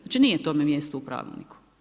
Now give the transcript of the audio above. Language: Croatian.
Znači nije tome mjesto u pravilniku.